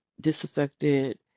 disaffected